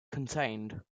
contained